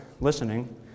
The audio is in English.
listening